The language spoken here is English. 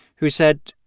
who said,